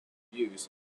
abuse